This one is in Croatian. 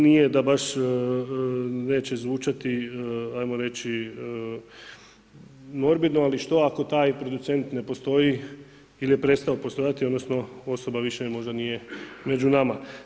Nije da baš neće zvučati hajmo reći norbidno, ali što ako taj producent ne postoji ili je prestajao postojati odnosno osoba više možda nije među nama.